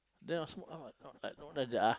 then I smoke ah